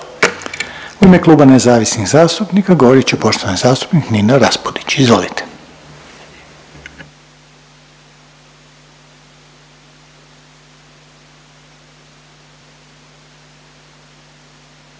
U ime Kluba nezavisnih zastupnika govorit će poštovani zastupnik Nino Raspudić. Izvolite.